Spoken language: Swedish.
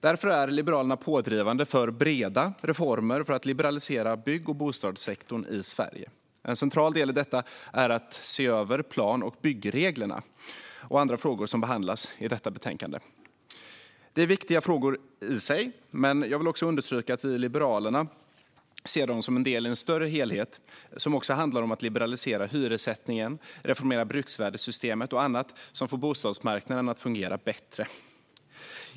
Därför är Liberalerna pådrivande för breda reformer för att liberalisera bygg och bostadssektorn i Sverige. En central del i detta är att se över plan och byggreglerna och andra frågor som behandlas i detta betänkande. Det är viktiga frågor i sig, men jag vill också understryka att vi i Liberalerna ser dem som en del i en större helhet som också handlar om att liberalisera hyressättningen, reformera bruksvärdessystemet och annat som får bostadsmarknaden att fungera bättre.